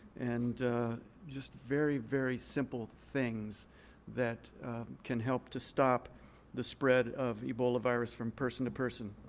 and just very, very simple things that can help to stop the spread of ebola virus from person to person.